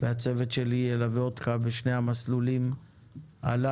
והצוות שלי ילווה אותך בשני המסלולים הללו,